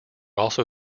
also